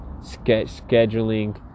scheduling